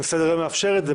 אם סדר היום מאפשר את זה,